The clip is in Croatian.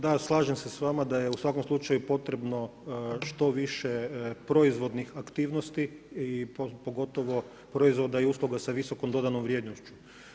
Da, slažem se s vama da je u svakom slučaju potrebno što više proizvodnih aktivnosti i pogotovo proizvoda i usluga sa visokom dodanom vrijednošću.